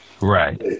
Right